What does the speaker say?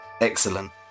Excellent